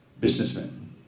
businessman